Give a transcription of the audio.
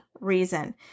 reason